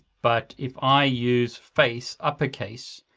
but if i use face, uppercase,